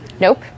Nope